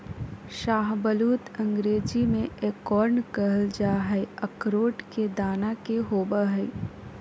शाहबलूत अंग्रेजी में एकोर्न कहल जा हई, अखरोट के दाना के होव हई